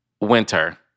Winter